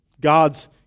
God's